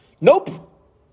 Nope